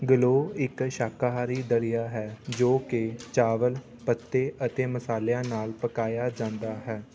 ਗਲ੍ਹੋ ਇੱਕ ਸ਼ਾਕਾਹਾਰੀ ਦਲੀਆ ਹੈ ਜੋ ਕਿ ਚਾਵਲ ਪੱਤੇ ਅਤੇ ਮਸਾਲਿਆਂ ਨਾਲ ਪਕਾਇਆ ਜਾਂਦਾ ਹੈ